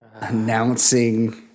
Announcing